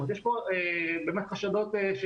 יש פה באמת חשדות.